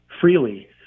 freely